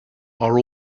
are